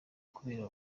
kubera